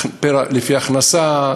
לפי הכנסה,